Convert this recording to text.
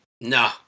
No